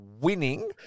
winning